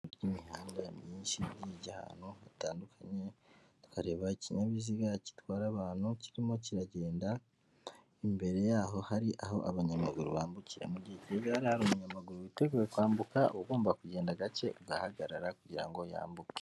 Imihanda myinshi injya ahantu hatandukanye twareba ikinyabiziga gitwara abantu kirimo kiragenda imbere yaho hari aho abanyamaguru bambukira, mugihe haba hari umunyamaguru witeguye kwambuka uba ugomba kugenda gake ugahagarara kugira ngo yambuke.